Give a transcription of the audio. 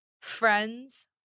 friends